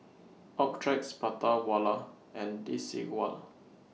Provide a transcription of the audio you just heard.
Optrex Prata Wala and Desigual